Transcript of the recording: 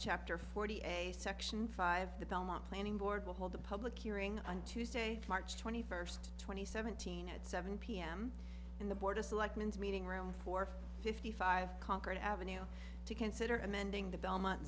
chapter forty a section five the belmont planning board will hold a public hearing on tuesday march twenty first twenty seventeen at seven pm in the board of selectmen meeting room four fifty five concord ave to consider amending the belmont